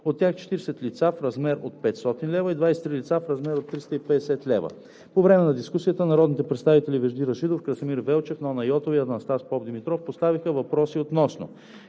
От тях 40 лица в размер от 500 лв. и 23 лица в размер от 350 лв. По време на дискусията народните представители Вежди Рашидов, Красимир Велчев, Нона Йотова и Анастас Попдимитров поставиха въпроси относно: